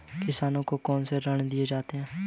किसानों को कौन से ऋण दिए जाते हैं?